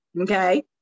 Okay